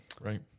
right